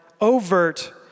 overt